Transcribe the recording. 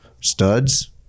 studs